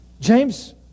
James